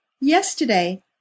yesterday